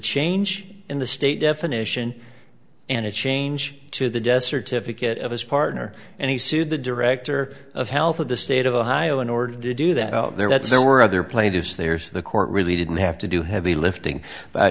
change in the state definition and a change to the death certificate of his partner and he sued the director of health of the state of ohio in order to do that there that there were other plaintiffs there so the court really didn't have to do heavy lifting but